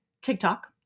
TikTok